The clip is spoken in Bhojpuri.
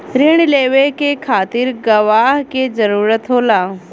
रिण लेवे के खातिर गवाह के जरूरत होला